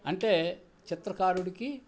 అంటే చిత్రకారుడికి